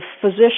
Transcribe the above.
physician